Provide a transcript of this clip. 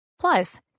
Plus